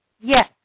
Yes